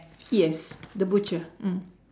yes the butcher mm